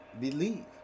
believe